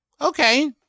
Okay